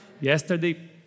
Yesterday